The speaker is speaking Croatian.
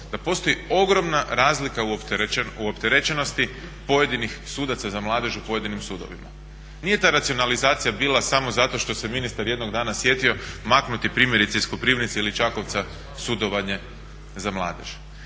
da postoji ogromna razlika u opterećenosti pojedinih sudaca za mladež u pojedinim sudovima. Nije ta racionalizacija bila samo zato što se ministar jednog dana sjetio maknuti primjerice iz Koprivnice ili Čakovca sudovanje za mladež.